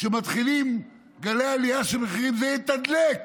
כשמתחילים גלי עלייה של מחירים זה יתדלק.